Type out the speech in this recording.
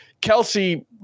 Kelsey